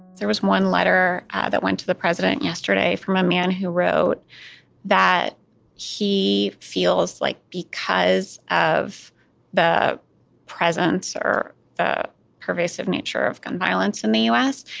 there was one letter that went to the president yesterday from a man who wrote that he feels like because of the presence or the pervasive nature of gun violence in the us,